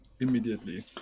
immediately